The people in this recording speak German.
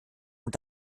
und